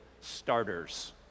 starters